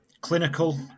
clinical